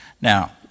Now